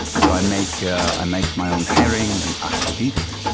so i make ah i make my own herring and aquavit.